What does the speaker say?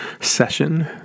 session